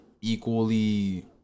equally